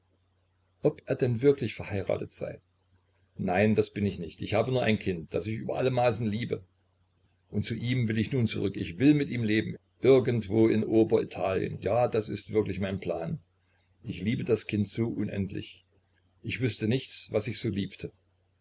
ob er denn wirklich verheiratet sei nein das bin ich nicht ich habe nur ein kind das ich über alle maßen liebe und zu ihm will ich nun zurück und will mit ihm leben irgendwo in ober italien ja das ist wirklich mein plan ich liebe das kind so unendlich ich wüßte nichts was ich so liebte